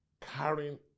carrying